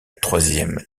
troisième